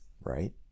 right